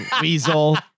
Weasel